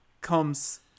comes